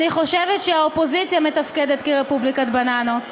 אני חושבת שהאופוזיציה מתפקדת כרפובליקת בננות.